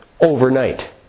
overnight